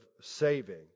saving